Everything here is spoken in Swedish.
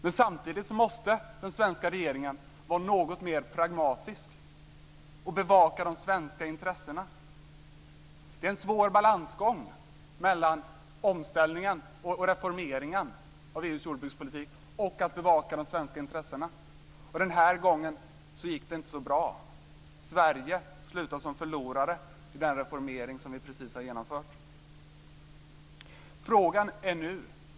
Men samtidigt måste den svenska regeringen vara något mer pragmatisk och bevaka de svenska intressena. Det är en svår balansgång mellan omställningen och reformeringen av EU:s jordbrukspolitik och att bevaka de svenska intressena, och den här gången gick det inte så bra. Sverige slutade som förlorare i den reformering som vi precis har genomfört.